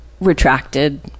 Retracted